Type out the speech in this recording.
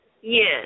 Yes